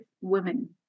women